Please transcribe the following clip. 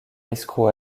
escrocs